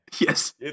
Yes